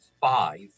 five